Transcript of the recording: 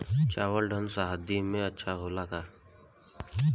चावल ठंढ सह्याद्री में अच्छा होला का?